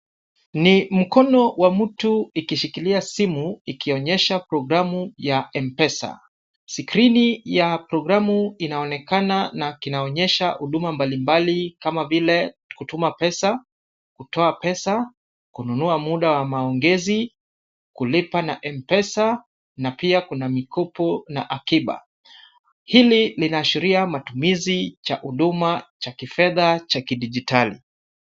Ni mkono wa mtu ikishikilia simu ikionyesha programu ya M-Pesa. Skrini ya programu inaonekana na kinaonyesha huduma mbalimbali kama vile kutuma pesa, kutoa pesa, kununua muda wa maongezi, kulipa na M-Pesa na pia kuna mikopo na akiba. Hili linaashiria matumizi cha huduma cha kifedha cha kidijitali.